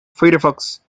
firefox